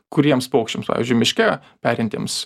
kuriems paukščiams pavyzdžiui miške perintiems